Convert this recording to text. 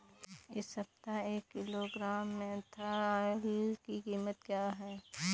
इस सप्ताह एक किलोग्राम मेन्था ऑइल की कीमत क्या है?